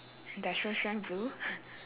industrial strength blue